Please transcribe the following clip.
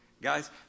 Guys